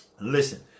Listen